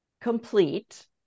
complete